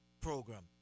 program